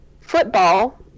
Football